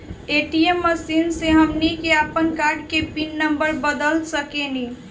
ATM machine से हमनी के आपन कार्ड के पिन नम्बर बदल सके नी